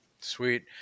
Sweet